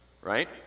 right